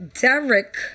Derek